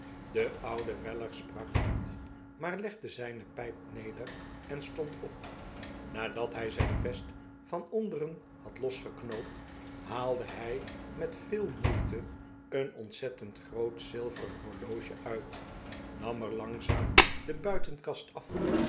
de oude weller sprak niet maar legde zijne pijp neder en stond op nadat hij zijn vest van onderen had losgeknoopt haalde hij met veel moeite een ontzettend groot zilveren horloge uit nam er langzaam de buitenkast af